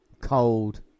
cold